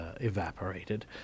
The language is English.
evaporated